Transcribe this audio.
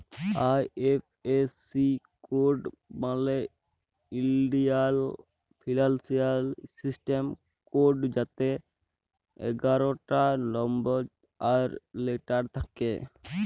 IFSC code মালে ইলডিয়াল financial system code যাতে এগারটা লম্বর আর লেটার থ্যাকে